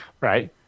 Right